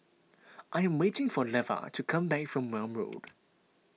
I am waiting for Lavar to come back from Welm Road